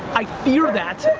i fear that,